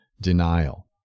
denial